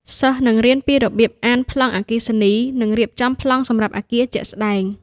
សិស្សនឹងរៀនពីរបៀបអានប្លង់អគ្គិសនី និងរៀបចំប្លង់សម្រាប់អគារជាក់ស្តែង។